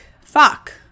fuck